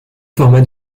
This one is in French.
formats